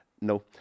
No